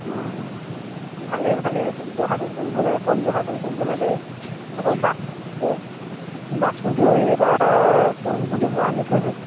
অঁ অঁ ভালেই ভালেই জহাটো কৰিব লাগে কণ জহাটোও কৰিব লাগে আকৌ বাচমতিও সেই এইবাৰ কৰিম বুলি মই আনি থৈছোঁ